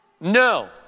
No